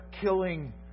killing